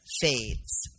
fades